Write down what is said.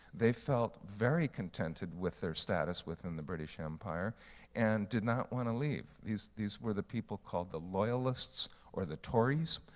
they felt very contented with their status within the british empire and did not want to leave. these these were the people called the loyalists or the tories.